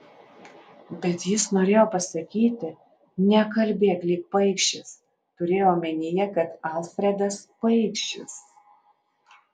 bet jis norėjo pasakyti nekalbėk lyg paikšis turėjo omenyje kad alfredas paikšis